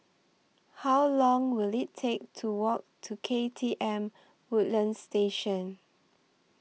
How Long Will IT Take to Walk to K T M Woodlands Station